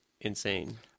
insane